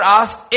asked